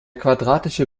quadratische